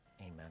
Amen